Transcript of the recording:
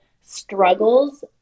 struggles